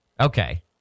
Okay